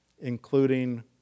including